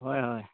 হয় হয়